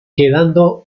quedando